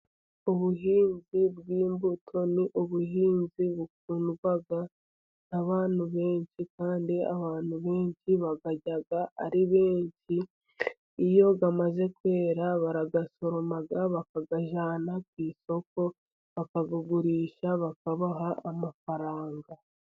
Ubuhinzi bw'imbuto ni ubuhinzi bukundwa n'abantu benshi, kandi abantu benshi bakajya ari benshi iyo bimaze kwera bagasoroma bakayajyana ku isoko, bakabugurisha bakabaha amafaranga.